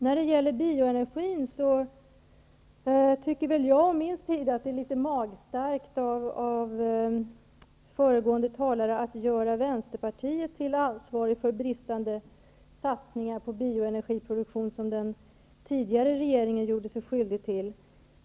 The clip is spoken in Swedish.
När det gäller bioenergin tycker jag att det är litet magstarkt av föregående talare att göra Vänsterpartiet ansvarig för de bristfälliga satsningar på bioenergiproduktion som den tidigare regeringen gjorde sig skyldig till.